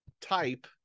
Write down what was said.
type